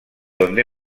donde